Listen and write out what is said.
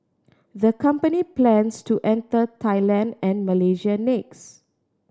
the company plans to enter Thailand and Malaysia next